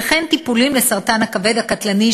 וכן טיפולים לסרטן הכבד הקטלני,